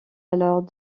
alors